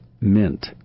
mint